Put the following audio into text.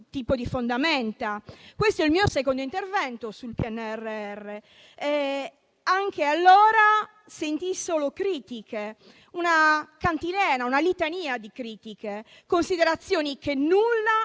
tipo di fondamento. Questo è il mio secondo intervento sul PNRR. Anche in occasione del primo, però, sentii solo critiche: una cantilena e una litania di critiche e considerazioni che nulla